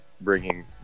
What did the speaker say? bringing